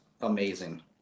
amazing